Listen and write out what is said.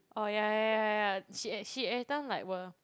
oh ya ya ya ya ya she eh she every time like will